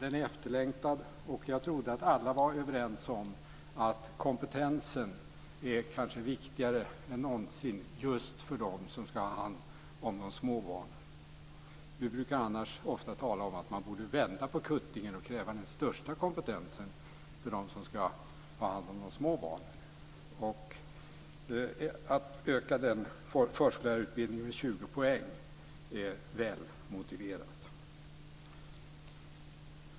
Den är efterlängtad, och jag trodde att alla var överens om att kompetensen är viktigare än någonsin just för dem som ska ha hand om små barn. Vi brukar annars ofta tala om att man borde vända på kuttingen och kräva den största kompetensen för dem som ska ha hand om de små barnen. Att utöka förskollärarutbildningen med 20 poäng är välmotiverat.